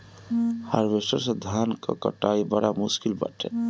harvester से धान कअ कटाई बड़ा मुश्किल बाटे